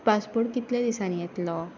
passport कितल्या दिसांनी येतलो